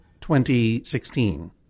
2016